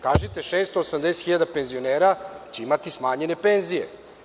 Kažite – 680.000 penzionera će imati smanjene penzije.